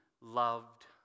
loved